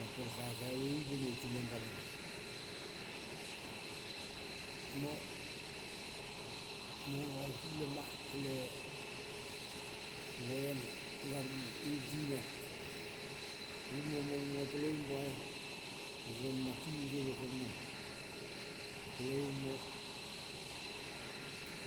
Mapel kaikai me imene tineng rane me. Mo mo rausi lema le moema garulve i tinel imo molmua peleing bai roma ti mireve kel nenga. Peleing mo